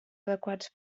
adequats